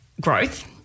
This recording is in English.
growth